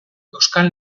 euskal